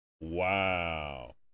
Wow